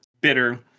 bitter